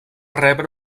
rebre